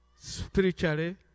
spiritually